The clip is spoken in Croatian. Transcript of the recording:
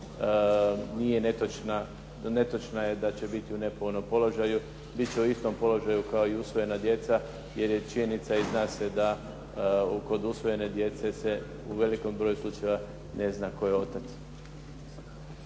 nije netočna. Netočna je da će biti u nepovoljnom položaju. Bit će u istom položaju kao i usvojena djeca, jer je činjenica i zna se da kod usvojene djece se u velikom broju slučajeva ne zna tko je otac.